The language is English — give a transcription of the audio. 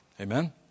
Amen